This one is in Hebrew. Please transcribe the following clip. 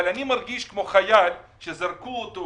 אבל אני מרגיש כמו חייל שזרקו אותו